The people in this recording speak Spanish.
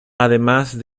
además